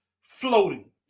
floating